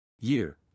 Year